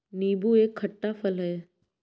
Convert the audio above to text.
नीबू एक खट्टा फल है